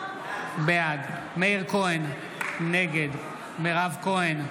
בעד מאיר כהן, נגד מירב כהן,